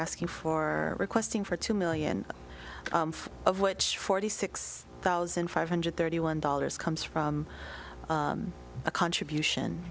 asking for requesting for two million of which forty six thousand five hundred thirty one dollars comes from a contribution